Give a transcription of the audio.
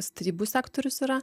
starybų sektorius yra